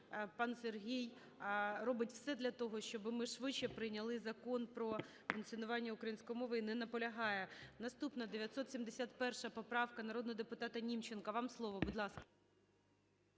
Пан Сергій робить все для того, щоби ми швидше прийняли Закон про функціонування української мови і не наполягає. Наступна – 971 поправка, народного депутата Німченка. Вам слово, будь ласка.